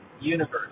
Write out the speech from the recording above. universe